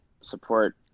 support